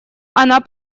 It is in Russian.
она